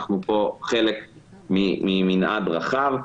אנחנו כאן חלק ממנעד רחב.